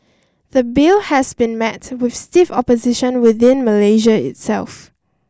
the bill has been met with stiff opposition within Malaysia itself